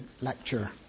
lecture